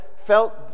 felt